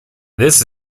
this